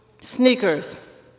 sneakers